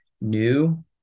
new